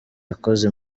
yakoze